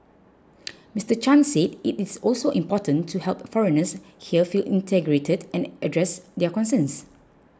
Mister Chan said it is also important to help foreigners here feel integrated and address their concerns